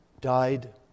died